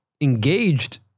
engaged